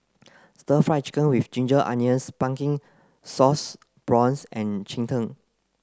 stir fried chicken with ginger onions pumpkin sauce prawns and Cheng Tng